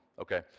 okay